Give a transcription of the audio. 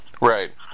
Right